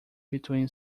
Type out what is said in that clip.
between